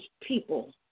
people